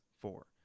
four